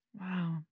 Wow